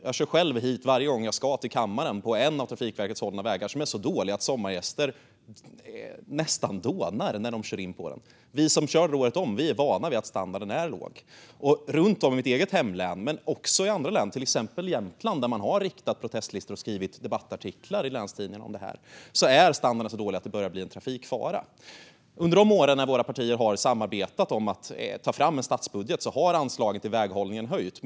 Varje gång jag ska hit till kammaren kör jag själv på en av de vägar där Trafikverket har hand om väghållningen. Vägen är så dålig att sommargäster nästan dånar när de kör in på den. Vi som kör där året om är vana vid att standarden är låg. I mitt eget hemlän men också i andra län, till exempel Jämtland, har man fyllt i protestlistor och skrivit debattartiklar i länstidningen om detta. Där är standarden så dålig att det börjar bli en trafikfara. Under de år då våra partier har samarbetat om att ta fram en statsbudget har anslagen till väghållningen höjts.